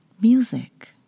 music